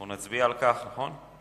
אנחנו נצביע על כך, נכון?